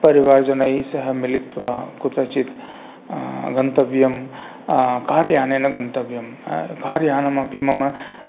परिवारजनैः सह मिलित्वा कुत्रचित् गन्तव्यं कार् यानेन गन्तव्यं कार् यानम् अपि मम